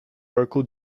vocal